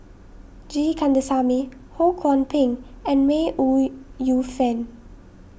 G Kandasamy Ho Kwon Ping and May Ooi Yu Fen